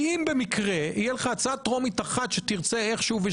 כי אם במקרה יהיה לך הצעת טרומית שתרצה איכשהו,